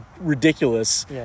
ridiculous